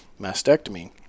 mastectomy